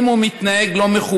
אם הוא מתנהג לא מכובד,